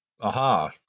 Aha